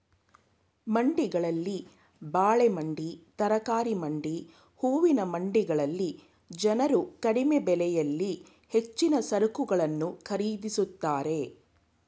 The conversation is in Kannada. ಮಂಡಿಗಳಲ್ಲಿ ಬಾಳೆ ಮಂಡಿ, ತರಕಾರಿ ಮಂಡಿ, ಹೂವಿನ ಮಂಡಿಗಳಲ್ಲಿ ಜನರು ಕಡಿಮೆ ಬೆಲೆಯಲ್ಲಿ ಹೆಚ್ಚಿನ ಸರಕುಗಳನ್ನು ಖರೀದಿಸುತ್ತಾರೆ